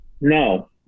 no